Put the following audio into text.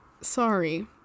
sorry